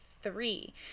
Three